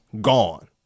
gone